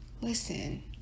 listen